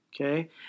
Okay